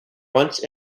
once